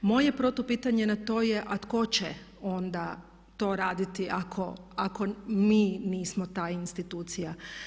Moje protupitanje na to je a tko će onda to raditi ako mi nismo ta institucija?